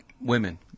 Women